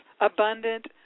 abundant